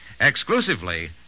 exclusively